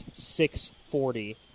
6.40